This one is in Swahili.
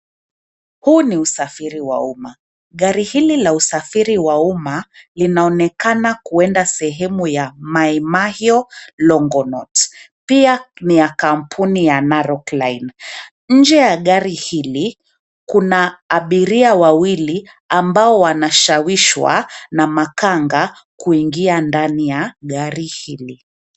Huu ni usafiri wa umma. Gari hili la usafiri wa umma, linaonekana kwenda sehemu ya Maimahiu, Longonot. Pia ni ya kampuni ya Narok Line. Nje ya gari hili, kuna abiria wawili ambao wanashawishwa na makanga kuingia ndani ya gari hili.